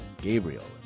Gabriel